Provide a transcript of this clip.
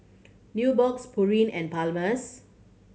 Nubox Pureen and Palmer's